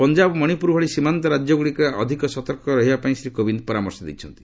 ପଞ୍ଜାବ ଓ ମଣିପ୍ରର ଭଳି ସୀମାନ୍ତ ରାଜ୍ୟଗ୍ରଡ଼ିକରେ ଅଧିକ ସତର୍କତା ରହିବା ପାଇଁ ଶ୍ରୀ କୋବିନ୍ଦ ପରାମର୍ଶ ଦେଇଛନ୍ତି